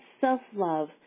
self-love